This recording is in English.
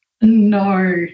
No